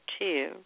two